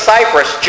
Cyprus